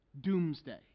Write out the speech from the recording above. Doomsday